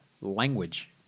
language